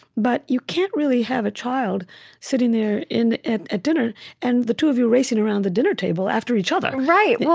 but you can't really have a child sitting there at at dinner and the two of you racing around the dinner table after each other. right,